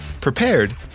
prepared